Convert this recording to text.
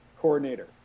coordinator